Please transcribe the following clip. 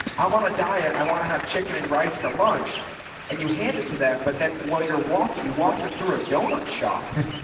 i'm on a diet. i want to have chicken and rice for lunch and you to them. but then while you're walking, you walk them through a donut shop.